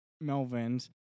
Melvin's